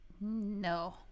No